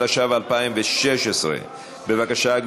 התשע"ו 2016. בבקשה,